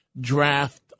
draft